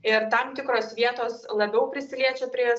ir tam tikros vietos labiau prisiliečia prie